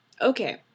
Okay